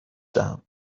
دهم